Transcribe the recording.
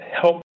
HELP